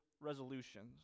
resolutions